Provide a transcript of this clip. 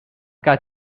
got